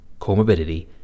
comorbidity